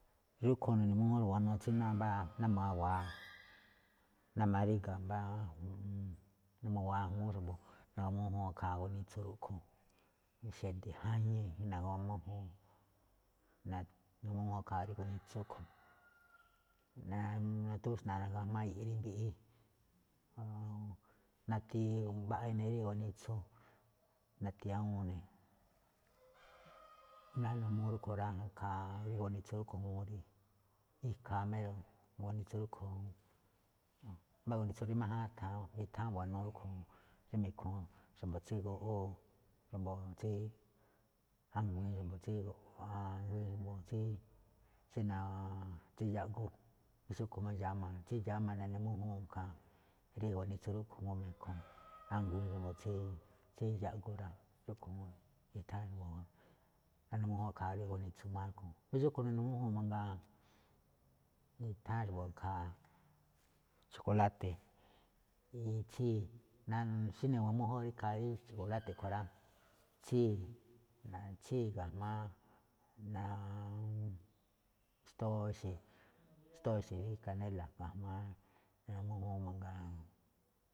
Rúꞌkhue̱n nune̱ mújún xa̱bo̱ buanuu tsí ná nawa̱a̱ ná ma̱ríga̱ mbá, ná mu̱waa̱ ajngúún xa̱bo̱, na̱gu̱ma mújúun ikhaa gunitsu rúꞌkhue̱n xede̱ jañii na̱gu̱ma mújúun, na̱gu̱ma mújúun ikhaa gunitsu a̱ꞌkhue̱n, natúxna̱a̱ ga̱jma̱á i̱yi̱i̱ꞌ rí mbiꞌi, nati mbaꞌa inii rí gunitsu, natí awúun ne̱ ikhaa gunitsu juun rí, ikhaa méro̱ gunitsu juun. Mbá gunitsu rí máján itháán buanuu rúꞌkhue̱n rí me̱kho̱ xa̱bo̱ tsí goꞌwóo, xa̱bo̱ tsí anu̱u̱ xa̱bo̱ tsí naa tsí dxáꞌgú, jamí xúꞌkhue̱n máꞌ tsí dxáma, tsí dxáma neꞌne mújúun ikhaa rí gunitsu rúꞌkhue̱n me̱kho̱ a̱ngui̱i̱n xa̱bo̱ tsí dxáꞌgú rá, tsúꞌkhue̱n juun, tsí nutháán xa̱bo̱ naꞌne mújúun ikhaa ganitsu máꞌ a̱ꞌkhue̱n. Jamí xúꞌkhue̱n neꞌne mújúu̱n mangaa, rí nutháán xa̱bo̱ ikhaa chokoláte̱ rí tsíi̱, xíne̱ i̱gu̱ma mújúun rí ikhaa chokoláte̱ a̱ꞌkhue̱n rá, tsíi̱ tsíi̱ ga̱jma̱á naa xtóo ixe̱ xtóo ixe̱ kanéla̱ ga̱jma̱á na̱gu̱ma mújúun mangaa.